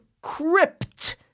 crypt